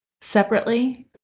separately